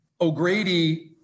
O'Grady